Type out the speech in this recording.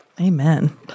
Amen